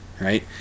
Right